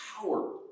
Power